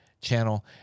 channel